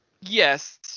Yes